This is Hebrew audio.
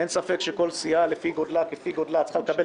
אין ספק שכל סיעה כפי גודלה צריכה לקבל